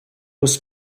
was